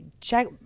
check